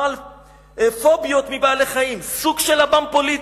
בעל פוביות מבעלי-חיים, סוג של עב"מ פוליטי,